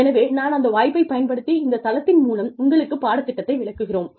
எனவே நான் அந்த வாய்ப்பை பயன்படுத்தி இந்த தளத்தின் மூலம் உங்களுக்குப் பாடத்திட்டத்தை விளக்குகிறோம்